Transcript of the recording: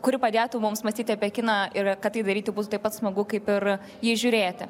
kuri padėtų mums mąstyti apie kiną ir kad tai daryti bus taip pat smagu kaip ir jį žiūrėti